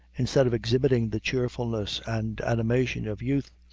instead of exhibiting the cheerfulness and animation of youth,